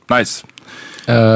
Nice